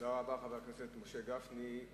תודה רבה, חבר הכנסת משה גפני.